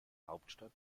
hauptstadt